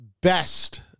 best